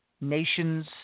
nations